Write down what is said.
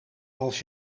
als